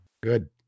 Good